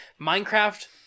Minecraft